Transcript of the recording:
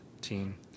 team